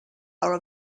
are